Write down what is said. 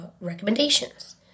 recommendations